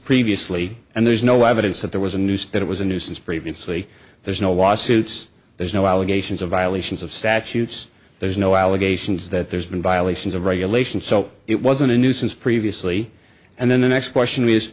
previously and there's no evidence that there was a news that it was a nuisance previously there's no lawsuits there's no allegations of violations of statutes there's no allegations that there's been violations of regulations so it wasn't a nuisance previously and then the next question